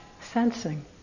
sensing